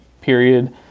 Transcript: period